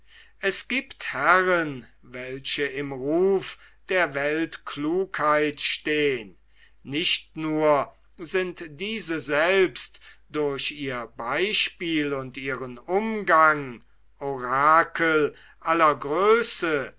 es giebt herren welche im ruf der weltklugheit stehn nicht nur sind diese selbst durch ihr beispiel und ihren umgang orakel aller größe